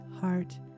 heart